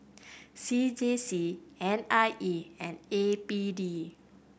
C J C N I E and A B D